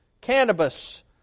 cannabis